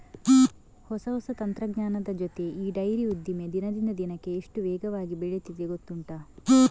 ಹೊಸ ಹೊಸ ತಂತ್ರಜ್ಞಾನದ ಜೊತೆ ಈ ಡೈರಿ ಉದ್ದಿಮೆ ದಿನದಿಂದ ದಿನಕ್ಕೆ ಎಷ್ಟು ವೇಗವಾಗಿ ಬೆಳೀತಿದೆ ಗೊತ್ತುಂಟಾ